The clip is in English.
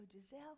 Giselle